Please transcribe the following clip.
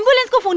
let's go.